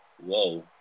whoa